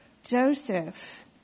Joseph